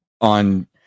on